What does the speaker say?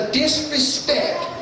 disrespect